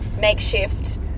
makeshift